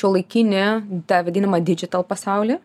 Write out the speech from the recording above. šiuolaikinį tą vaidinimą didžital pasaulį